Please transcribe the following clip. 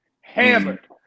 hammered